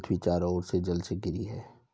पृथ्वी चारों ओर से जल से घिरी है